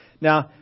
Now